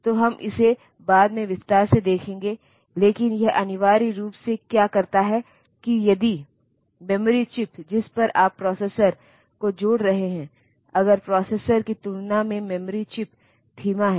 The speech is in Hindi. तो हम इसे बाद में विस्तार से देखेंगे लेकिन यह अनिवार्य रूप से क्या करता है कि यदि मेमोरी चिप जिस पर आप प्रोसेसर को जोड़ रहे हैं अगर प्रोसेसर की तुलना में मेमोरी चिप धीमा है